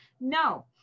no